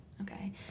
Okay